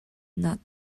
not